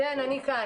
כן, אני כאן.